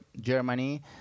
Germany